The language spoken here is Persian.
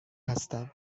هستم